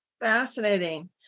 Fascinating